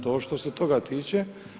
To što se toga tiče.